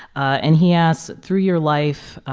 and he asks, through your life